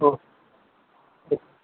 हो हो